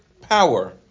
power